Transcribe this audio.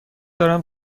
دارم